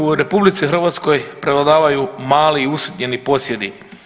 U RH prevladavaju mali i usitnjeni posjedi.